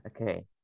Okay